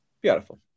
Beautiful